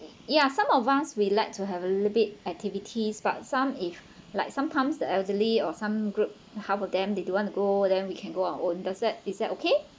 ya some of us we like to have a little bit activities but some if like some times the elderly or some group half of them they don't want to go then we can go our own does that is that okay